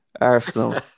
Arsenal